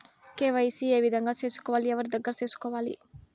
KYC ఏ విధంగా సేసుకోవాలి? ఎవరి దగ్గర సేసుకోవాలి?